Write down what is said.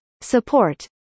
support